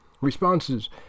responses